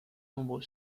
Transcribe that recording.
nombre